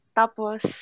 tapos